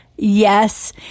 Yes